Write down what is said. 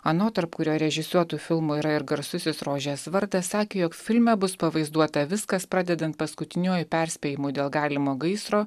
ano tarp kurio režisuotų filmų yra ir garsusis rožės vardas sakė jog filme bus pavaizduota viskas pradedant paskutiniuoju perspėjimu dėl galimo gaisro